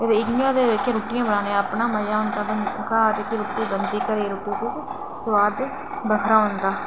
होर इं'या ते रुट्टियां बनाने दा अपना मज़ा होंदा गर जाइयै रुट्टी बनदी घर जाइयै सोआद गै किश बक्खरा होंदा